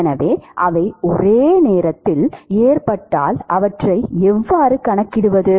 எனவே அவை ஒரே நேரத்தில் ஏற்பட்டால் அவற்றை எவ்வாறு கணக்கிடுவது